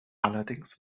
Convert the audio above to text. allerdings